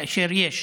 כאשר יש.